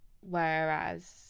whereas